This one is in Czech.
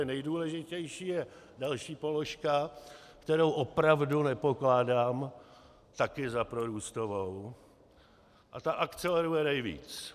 Protože nejdůležitější je další položka, kterou opravdu nepokládám také za prorůstovou, a ta akceleruje nejvíc.